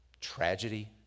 tragedy